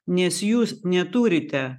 nes jūs neturite